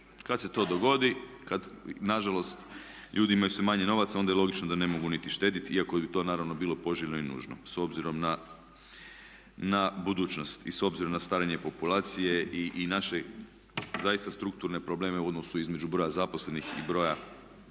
Kad se to dogodi, kad nažalost ljudi imaju sve manje novaca onda je logično da onda ne mogu niti štedjeti iako bi to naravno bilo poželjno i nužno s obzirom na budućnost i s obzirom na starenje populacije i naše zaista strukturne probleme u odnosu između broja zaposlenih i broja